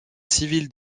civil